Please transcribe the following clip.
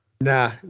Nah